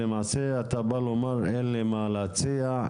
למעשה אתה בא לומר אין לי מה להציע,